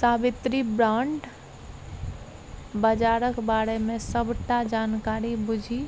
साबित्री bond बजारक बारे मे सबटा जानकारी बुझि